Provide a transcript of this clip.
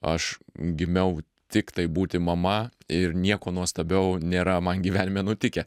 aš gimiau tiktai būti mama ir nieko nuostabiau nėra man gyvenime nutikę